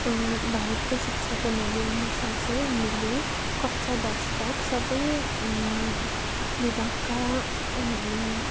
भारतको शिक्षा प्रणाली अनुसार चाहिँ हामीले कक्षा दस तक सबै विभागका